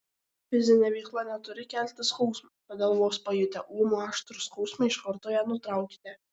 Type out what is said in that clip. fizinė veikla neturi kelti skausmo todėl vos pajutę ūmų aštrų skausmą iš karto ją nutraukite